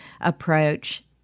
approach